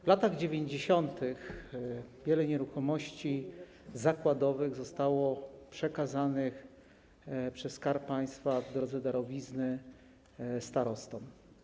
W latach 90. wiele nieruchomości zakładowych zostało przekazanych przez Skarb Państwa w drodze darowizny starostom.